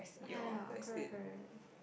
ya ya correct correct